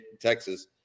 Texas